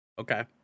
Okay